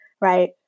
right